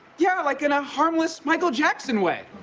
yeah, like in a harmless michael jackson way.